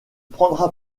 prendra